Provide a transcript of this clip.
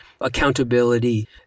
accountability